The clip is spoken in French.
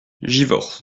givors